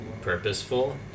purposeful